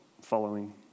following